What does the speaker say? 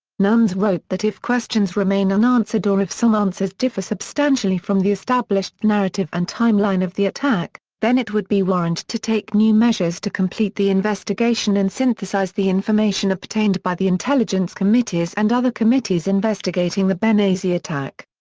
nunes wrote that if questions remain unanswered or if some answers differ substantially from the established narrative and timeline of the attack, then it would be warranted to take new measures to complete the investigation and synthesize the information obtained by the intelligence committees and other committees investigating the benghazi benghazi attack.